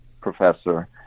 professor